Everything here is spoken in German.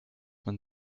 man